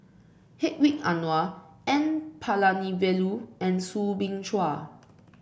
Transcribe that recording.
Hedwig Anuar N Palanivelu and Soo Bin Chua